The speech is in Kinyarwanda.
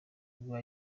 rwa